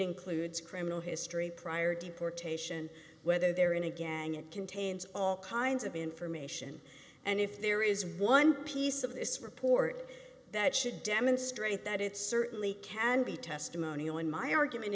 includes criminal history prior deportation whether they're in again it contains all kinds of information and if there is one piece of this report that should demonstrate that it certainly can be testimonial in my argument